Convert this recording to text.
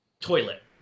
toilet